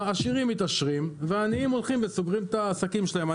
העשירים מתעשרים והעניים הולכים וסוגרים את העסקים שלהם.